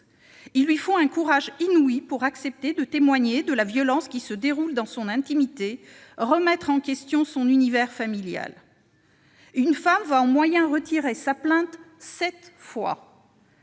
Il lui faut un courage inouï pour accepter de témoigner de la violence qui se déploie dans son intimité, remettre en question son univers familial. En moyenne, les femmes retirent leur plainte sept fois,